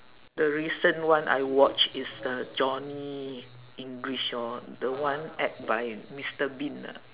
the recent one I watch is the johnny english lor the one act by mister bean ah